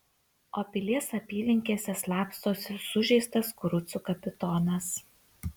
o pilies apylinkėse slapstosi sužeistas kurucų kapitonas